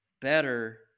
better